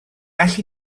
well